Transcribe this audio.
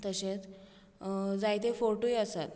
तशेच जायते फोर्टूय आसात